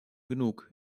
genug